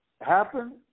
happen